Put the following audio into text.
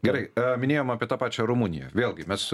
gerai minėjome apie tą pačią rumuniją vėlgi mes